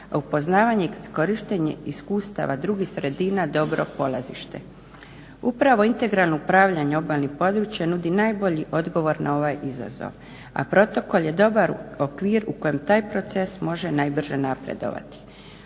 a upoznavanje i korištenje iskustava drugih sredina dobro polazište. Upravo integralno upravljanje obalnih područja nudi najbolji odgovor na ovaj izazov, a protokol je dobar okvir u kojem taj proces može najbrže napredovati.